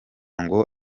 ngo